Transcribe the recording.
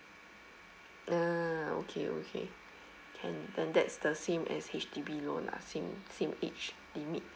ah okay okay can then that's the same as H_D_B loan lah same same age limit